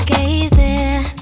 Gazing